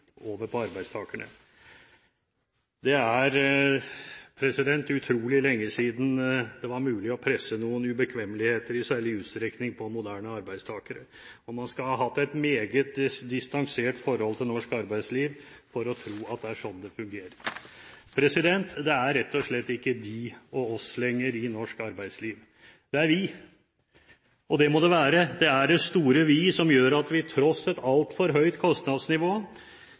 over på arbeidstakerne. Det er utrolig lenge siden det var mulig i særlig utstrekning å presse noen ubekvemmeligheter på moderne arbeidstakere. Man skal ha hatt et meget distansert forhold til norsk arbeidsliv for å tro at det er slik det fungerer. Det er rett og slett ikke «de» og «oss» i norsk arbeidsliv lenger. Det er «vi», og det må det være. Det er det store «vi» som gjør at vi tross et altfor høyt kostnadsnivå